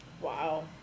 Wow